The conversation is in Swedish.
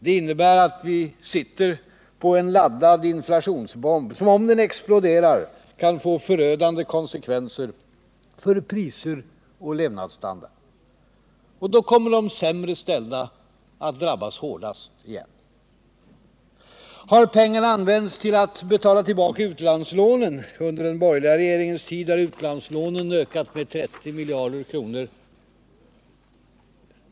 Det innebär att vi sitter på en laddad inflationsbomb som, om den exploderar, kan få förödande konsekvenser för priser och levnadsstandard. Och då kommer de sämre ställda att drabbas hårdast igen. Har pengarna använts till att betala tillbaka utlandslånen? Under den borgerliga regeringens tid har utlandslånen ökat med 30 miljarder kronor.